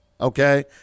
okay